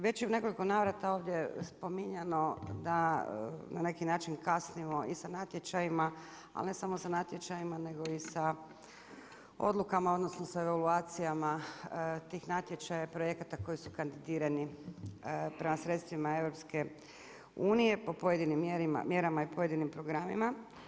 Već u nekoliko navrata ovdje spominjano da na neki način kasnimo i sa natječajima, ali ne samo sa natječajima nego i sa odlukama odnosno sa evaluacijama tih natječaja i projekata koji su kandidirani prema sredstvima EU po pojedinim mjerama i pojedinim programima.